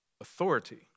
authority